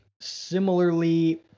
similarly